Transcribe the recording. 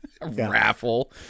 Raffle